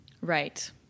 Right